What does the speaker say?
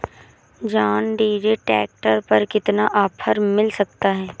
John Deere tractor पर कितना offer मिल सकता है?